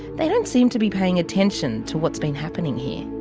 they don't seem to be paying attention to what's been happening here.